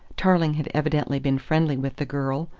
tarling had evidently been friendly with the girl.